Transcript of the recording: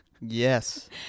Yes